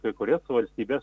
kai kurios valstybės